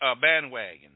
bandwagon